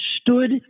stood